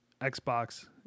Xbox